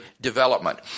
development